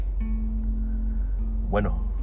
Bueno